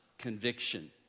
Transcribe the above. conviction